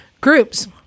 groups